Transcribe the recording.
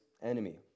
enemy